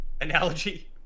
analogy